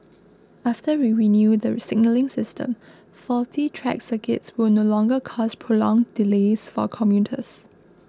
after we renew the signalling system faulty track circuits will no longer cause prolonged delays for commuters